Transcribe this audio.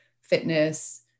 fitness